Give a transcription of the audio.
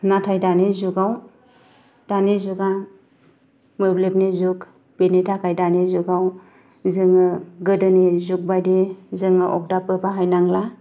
नाथाय दानि जुगाव दानि जुगा मोब्लिबनि जुग बिनि थाखाय दानि जुगाव जोङो गोदोनि जुग बायदि जोङो अरदाबखौ बाहायनांला